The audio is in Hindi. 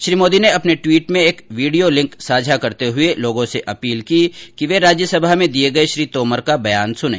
श्री मोदी ने अपने टवीट में एक वीडियो लिंक साझा करते हुए लोगों से अपील की है कि वे राज्यसभा में दिये गये श्री तोमर का बयान सुनें